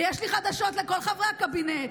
ויש לי חדשות לכל חברי הקבינט: